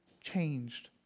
changed